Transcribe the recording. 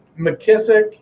McKissick